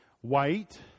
white